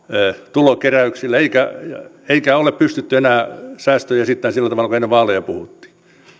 tulonkeräyksille eikä ole pystytty enää säästöjä esittämään sillä tavalla kuin ennen vaaleja puhuttiin